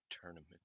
tournament